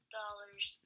dollars